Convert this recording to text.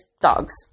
dogs